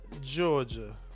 Georgia